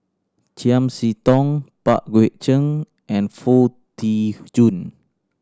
Chiam See Tong Pang Guek Cheng and Foo Tee Jun